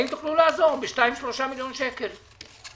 לעזור בשניים-שלושה מיליון שקלים?